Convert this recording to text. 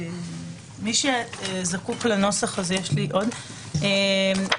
מי שזקוק לנוסח, יש לי עוד עותקים.